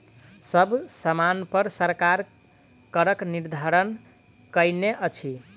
सब सामानपर सरकार करक निर्धारण कयने अछि